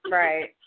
right